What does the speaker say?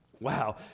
Wow